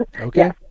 Okay